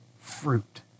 fruit